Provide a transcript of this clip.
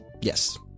Yes